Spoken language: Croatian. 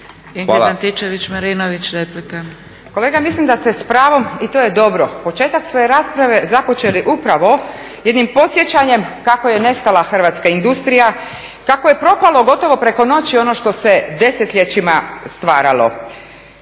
**Antičević Marinović, Ingrid (SDP)** Kolega mislim da ste s pravom, i to je dobro, početak svoje rasprave započeli upravo jednim podsjećanjem kako je nestala hrvatska industrija, kako je propalo gotovo preko noći ono što se desetljećima stvaralo.